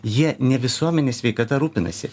jie ne visuomenės sveikata rūpinasi